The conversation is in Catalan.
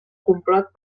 complot